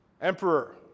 emperor